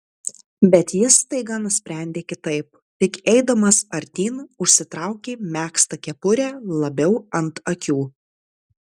bet jis staiga nusprendė kitaip tik eidamas artyn užsitraukė megztą kepurę labiau ant akių